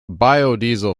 biodiesel